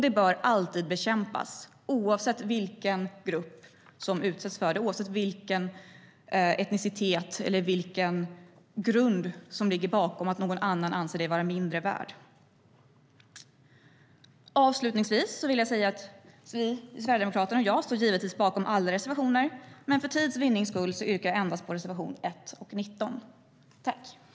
Det bör alltid bekämpas, oavsett vilken grupp som utsätts för det och oavsett vilken etnicitet eller vilken grund som ligger bakom att någon annan anser dig vara mindre värd.